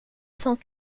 cent